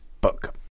book